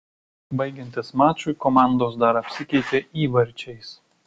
baigiantis mačui komandos dar apsikeitė įvarčiais